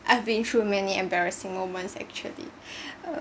I‘ve been through many embarrassing moments actually uh